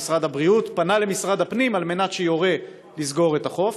משרד הבריאות פנה למשרד הפנים על מנת שיורה לסגור את החוף.